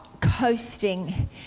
coasting